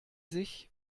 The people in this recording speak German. sich